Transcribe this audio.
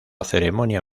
ceremonia